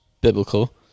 biblical